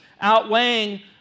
outweighing